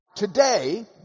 today